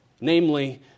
namely